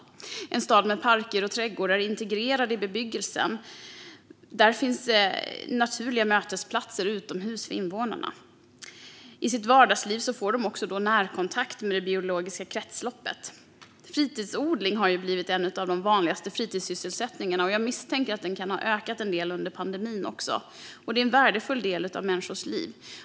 I en stad med parker och trädgårdar integrerade i bebyggelsen finns naturliga mötesplatser utomhus för invånarna. Då får de också närkontakt med det biologiska kretsloppet i sitt vardagsliv. Fritidsodling har blivit en av de vanligaste fritidssysselsättningarna. Jag misstänker att det kan ha ökat en del under pandemin. Det är en värdefull del av människors liv.